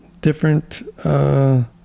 different